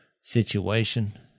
situation